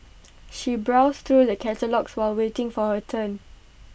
she browsed through the catalogues while waiting for her turn